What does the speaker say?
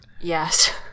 yes